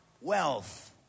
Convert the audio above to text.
wealth